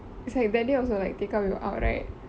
it's like day also like take out we were out right